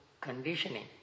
conditioning